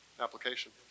application